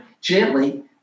gently